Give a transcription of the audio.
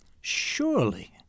surely